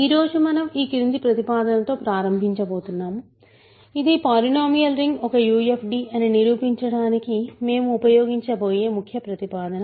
ఈ రోజు మనం ఈ క్రింది ప్రతిపాదనతో ప్రారంభించబోతున్నాము ఇది పాలినోమియల్ రింగ్ ZX ఒక UFD అని నిరూపించడానికి మేము ఉపయోగించబోయే ముఖ్య ప్రతిపాదన